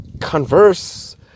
converse